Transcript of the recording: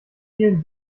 vielen